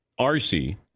rc